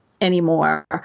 anymore